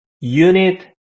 unit